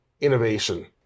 innovation